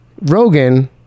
Rogan